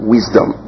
Wisdom